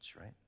right